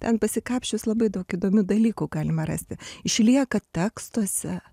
ten pasikapsčius labai daug įdomių dalykų galima rasti išlieka tekstuose